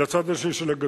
לצד השני של הגדר?